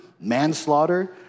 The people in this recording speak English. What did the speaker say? manslaughter